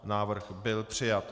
Návrh byl přijat.